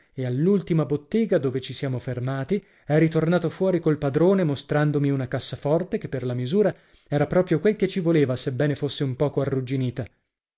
e all'ultima bottega dove ci siamo fermati è ritornato fuori col padrone mostrandomi una cassaforte che per la misura era proprio quel che ci voleva sebbene fosse un poco arrugginita